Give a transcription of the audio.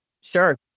sure